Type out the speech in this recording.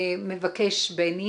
מבקש בני